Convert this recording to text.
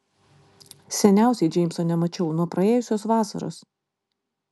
seniausiai džeimso nemačiau nuo praėjusios vasaros